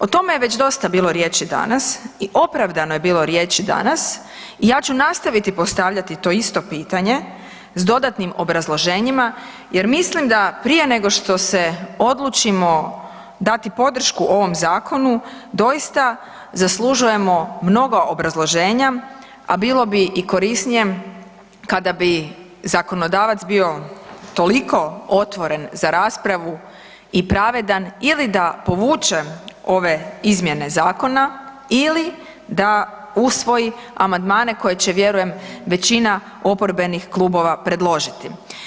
O tome je već dosta bilo riječi danas i opravdano je bilo riječi danas i ja ću nastaviti postavljati to isto pitanje s dodatnim obrazloženjima jer mislim da prije nego što se odlučimo dati podršku ovom zakonu doista zaslužujemo mnoga obrazloženja, a bilo bi i korisnije kada bi zakonodavac bio toliko otvoren za raspravu i pravedan ili da povuče ove izmjene zakona ili da usvoji amandmane koje će vjerujem, većina oporbenih klubova predložiti.